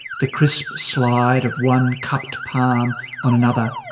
the crisp slide of one cupped palm on another.